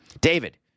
David